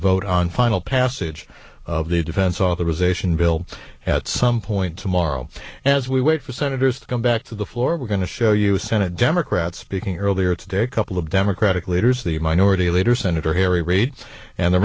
vote on final passage of the defense authorization bill at some point tomorrow as we wait for senators to come back to the floor we're going to show you senate democrats speaking earlier today a couple of democratic leaders the minority leader senator harry reid and the